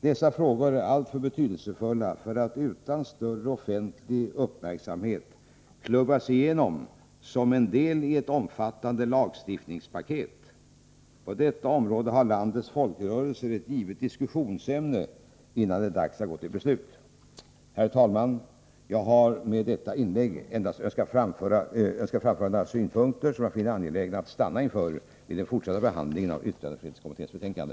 Dessa frågor är alltför betydelsefulla för att utan större offentlig uppmärksamhet klubbas igenom såsom en del i ett omfattande lagstiftningspaket. På detta område har landets folkrörelser ett givet diskussionsämne, innan det är dags att gå till beslut. Herr talman! Jag har med detta inlägg endast önskat föra fram några synpunkter, som jag finner det angeläget att stanna inför i den fortsatta behandlingen av yttrandefrihetskommitténs betänkande.